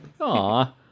Aw